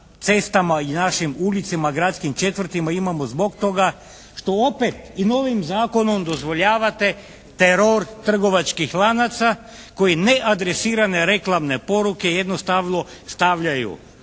i našim ulicama, gradskim četvrtima imamo zbog toga što opet i novim zakonom dozvoljavate teror trgovačkih lanaca koji neadresirane reklamne poruke jednostavno stavljaju